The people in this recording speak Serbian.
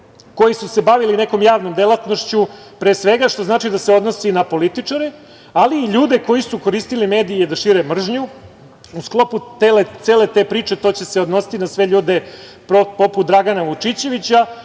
koji su se bavili nekom javnom delatnošću pre svega, što znači da se odnosi na političare, ali i ljude koji su koristili medije da šire mržnju. U sklopu cele te priče to će se odnositi na sve ljude poput Dragana Vučićevića,